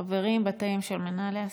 חברים בתאים של מנהלי הסיעה.